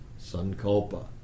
sankalpa